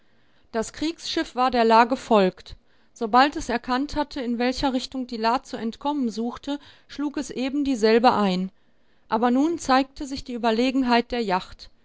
das kriegsschiff war der la gefolgt sobald es erkannt hatte in welcher richtung die la zu entkommen suchte schlug es ebendieselbe ein aber nun zeigte sich die überlegenheit der yacht